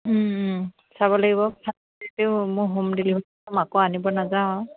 চাব লাগিব মই হোম ডেলিভাৰী ল'ম আকৌ আনিব নাযাওঁ